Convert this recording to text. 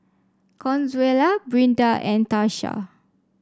Consuela Brinda and Tarsha